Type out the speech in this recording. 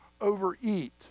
overeat